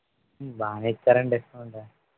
బాగానే ఇచ్చారండి డిస్కౌంట్